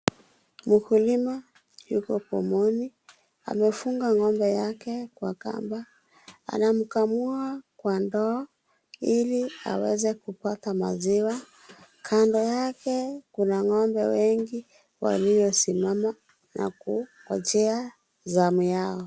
Mkulima yupo pomoni. Amefuga ng'ombe yake kwa kamba. Anamkamua kwa ndoo ili aweze kupata maziwa. Kando yake, kuna ng'ombe wengi waliosimama na kungojea zamu yao.